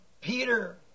Peter